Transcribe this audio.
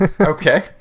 Okay